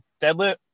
deadlift